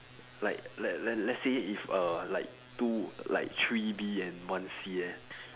like let let let's say if err like two like three B and one C eh